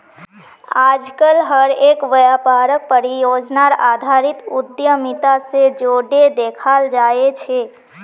आजकल हर एक व्यापारक परियोजनार आधारित उद्यमिता से जोडे देखाल जाये छे